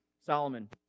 Solomon